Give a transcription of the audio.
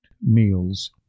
meals